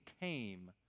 tame